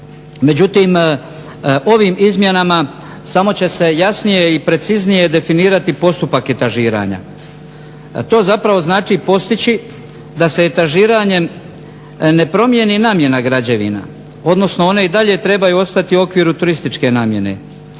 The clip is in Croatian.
Međutim, ovim izmjenama samo će se jasnije i preciznije definirati postupak etažiranja, a to zapravo znači postići da se etažiranjem ne promjeni namjena građevina odnosno one i dalje trebaju ostati u okviru turističke namjene.